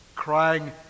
crying